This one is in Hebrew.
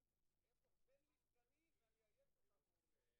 בעיקר הסוגיה של האלימות והפגיעות הבלתי פוסקות בהם,